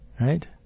right